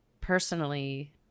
personally